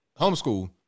homeschool